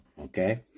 Okay